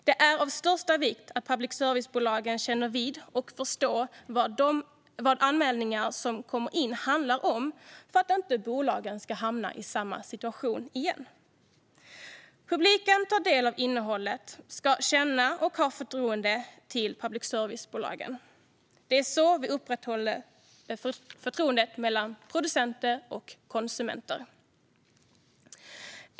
Det är av största vikt att public service-bolagen känner vid och förstår vad de anmälningar som kommer in handlar om för att inte bolagen ska hamna i samma situation igen. Publiken som tar del av innehållet ska känna och ha förtroende för public service-bolagen. Det är så vi upprätthåller förtroendet mellan producenter och konsumenter.